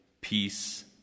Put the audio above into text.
peace